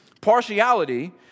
Partiality